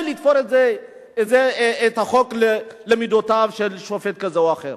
לתפור את החוק למידותיו של שופט כזה או אחר?